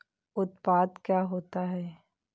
उत्पाद क्या होता है?